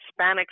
Hispanics